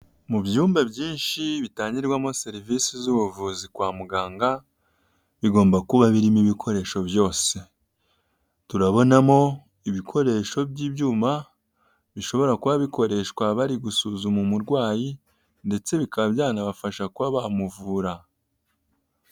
Mu byumba byinshi bitangirwamo serivisi z'ubuvuzi kwa muganga, bigomba kuba birimo ibikoresho byose. Turabonamo ibikoresho by'ibyuma, bishobora kuba bikoreshwa bari gusuzuma umurwayi, ndetse bikaba byanabafasha kuba bamuvura.